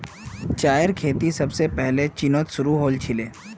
चायेर खेती सबसे पहले चीनत शुरू हल छीले